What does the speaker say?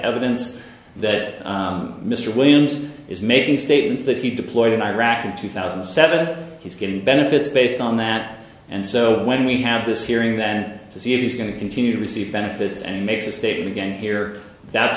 evidence that mr williams is making statements that he deployed in iraq in two thousand and seven he's getting benefits based on that and so when we have this hearing then to see if he's going to continue to receive benefits and makes a statement again here that's